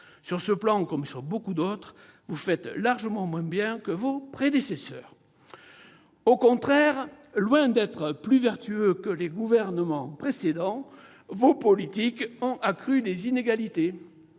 Sur ce plan, comme sur beaucoup d'autres, vous faites donc largement moins bien que vos prédécesseurs. Au contraire, loin d'être plus vertueuses que celles des gouvernements précédents, vos politiques ont accru les inégalités.